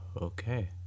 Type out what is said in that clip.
okay